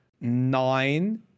nine